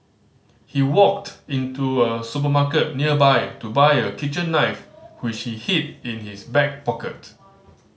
he walked into a supermarket nearby to buy a kitchen knife which he hid in his back pocket